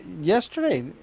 Yesterday